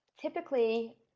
typically